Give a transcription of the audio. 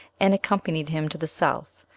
and accompanied him to the south.